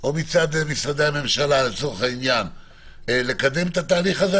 או מצד משרדי הממשלה לקדם את התהליך הזה,